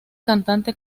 cantante